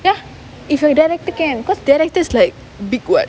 ya if you are director can because director is like big [what]